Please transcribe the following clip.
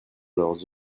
leurs